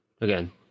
again